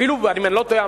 אפילו אם אני לא טועה,